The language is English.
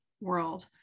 world